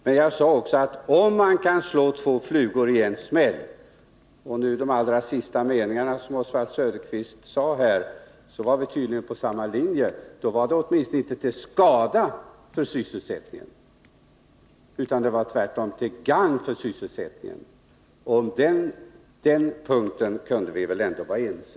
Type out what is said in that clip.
Men jag sade också att om man kan slå två flugor i en smäll — och de två sista meningarna i Oswald Söderqvists anförande tyder på att vi följer samma linje — är detta i varje fall inte till skada för vare sig sysselsättningen eller försvaret utan tvärtom till gagn för båda. På den punkten kunde vi väl ändå vara ense.